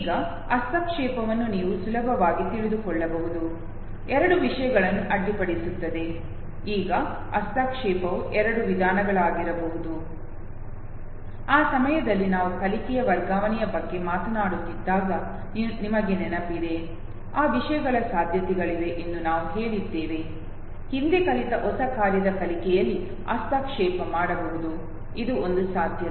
ಈಗ ಹಸ್ತಕ್ಷೇಪವನ್ನು ನೀವು ಸುಲಭವಾಗಿ ತಿಳಿದುಕೊಳ್ಳಬಹುದು ಎರಡು ವಿಷಯಗಳನ್ನು ಅಡ್ಡಿಪಡಿಸುತ್ತದೆ ಈಗ ಹಸ್ತಕ್ಷೇಪವು ಎರಡು ವಿಧಗಳಾಗಿರಬಹುದು ಆ ಸಮಯದಲ್ಲಿ ನಾವು ಕಲಿಕೆಯ ವರ್ಗಾವಣೆಯ ಬಗ್ಗೆ ಮಾತನಾಡುತ್ತಿದ್ದಾಗ ನಿಮಗೆ ನೆನಪಿದೆ ಆ ವಿಷಯಗಳ ಸಾಧ್ಯತೆಗಳಿವೆ ಎಂದು ನಾವು ಹೇಳಿದ್ದೇವೆ ಹಿಂದೆ ಕಲಿತ ಹೊಸ ಕಾರ್ಯದ ಕಲಿಕೆಯಲ್ಲಿ ಹಸ್ತಕ್ಷೇಪ ಮಾಡಬಹುದು ಇದು ಒಂದು ಸಾಧ್ಯತೆ